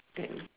then